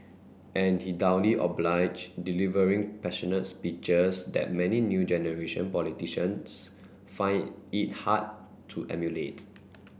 and he obliged delivering passionate speeches that many new generation politicians find it hard to emulate